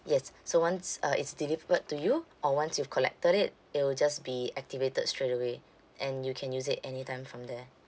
yes so once uh it's delivered to you or once you've collected it it will just be activated straightaway and you can use it anytime from there